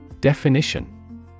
Definition